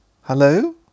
Hello